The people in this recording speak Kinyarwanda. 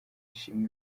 ishimwe